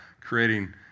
creating